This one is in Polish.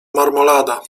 marmolada